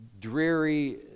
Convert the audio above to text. dreary